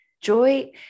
Joy